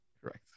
Correct